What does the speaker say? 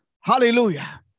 Hallelujah